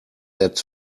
that